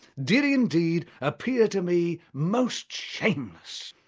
did indeed appear to me most shameless,